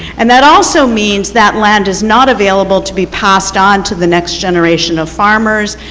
and that also means that land is not available to be passed on to the next generation of farmers.